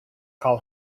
call